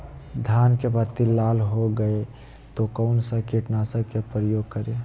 धान की पत्ती लाल हो गए तो कौन सा कीटनाशक का प्रयोग करें?